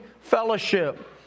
fellowship